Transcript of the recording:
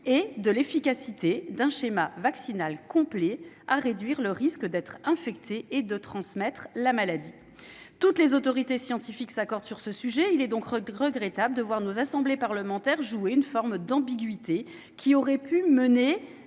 et de l'« efficacité d'un schéma vaccinal complet à réduire le risque d'être infecté et de transmettre la maladie ». Toutes les autorités scientifiques s'accordent sur ce sujet. Il est donc regrettable de voir nos assemblées parlementaires jouer sur une forme d'ambiguïté, qui aurait pu mener,